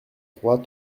trois